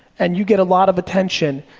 and you get a lot of attention,